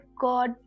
God